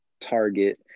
target